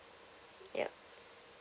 yup